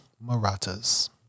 Marathas